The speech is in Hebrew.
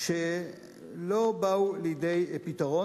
מעטים שיש בהם ספורטאים דתיים ולא באו שם לידי פתרון.